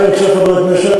מה ירצה חבר הכנסת,